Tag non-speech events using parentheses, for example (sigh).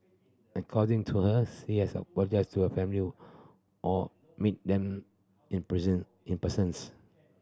according to her (unintelligible) apologised to her family were or meet them in (unintelligible) in persons